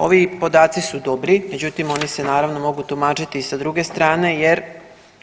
Ovi podaci su dobri međutim oni se naravno mogu tumačiti i sa druge strane jer